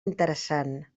interessant